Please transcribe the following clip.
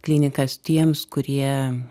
klinikas tiems kurie